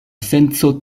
senco